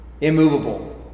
immovable